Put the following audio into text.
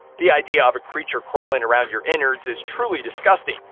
the idea of a creature crawling around your innards is truly disgusting,